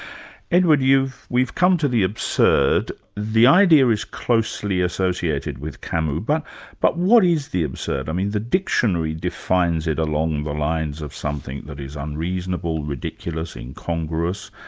edward, we've come to the absurd. the idea is closely associated with camus, but but what is the absurd? i mean the dictionary defines it along the lines of something that is unreasonable, ridiculous, incongruous,